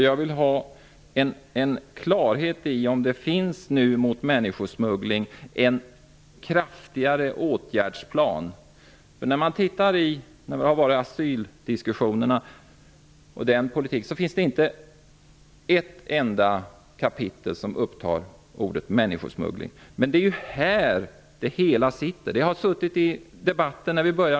Jag vill veta om det nu finns en kraftigare åtgärdsplan mot människosmuggling. I debatterna om asylfrågan och den politik som förs förekommer ordet människosmuggling inte en enda gång. Men det är ju här problemet finns.